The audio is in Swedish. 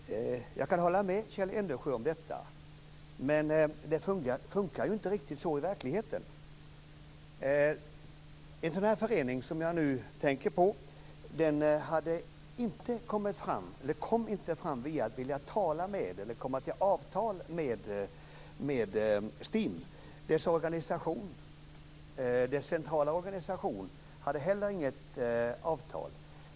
Herr talman! Jag kan hålla med Kjell Eldensjö om detta, men det funkar ju inte riktigt så i verkligheten. En sådan förening som jag nu tänker på ville inte tala med eller komma fram till avtal med STIM. Dess centrala organisation hade heller inget avtal.